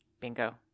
Bingo